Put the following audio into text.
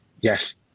yes